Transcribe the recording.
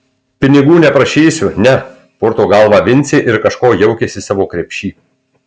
pinigų neprašysiu ne purto galvą vincė ir kažko jaukiasi savo krepšy